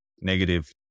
negative